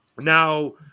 Now